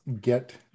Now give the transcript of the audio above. get